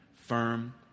firm